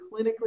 clinically